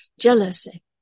Jealousy